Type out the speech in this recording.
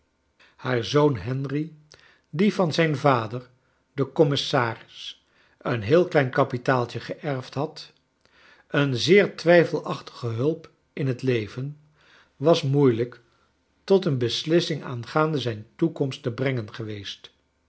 haar zoon henry die van zijn vader den commissaris een heel klein kapilaaltie geerfd had een zeer twijfelachtige hulp in het leven was moeilijk tot een beslissing aangaande zijn toekomst te brengen geweest